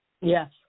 Yes